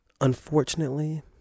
Unfortunately